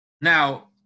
Now